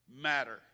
matter